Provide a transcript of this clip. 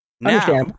Now